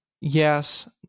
Yes